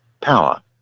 power